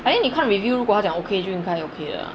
I mean 你看 review 如果它讲 okay 就应该 okay 的 lah